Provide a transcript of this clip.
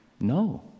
No